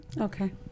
Okay